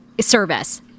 service